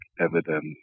evidence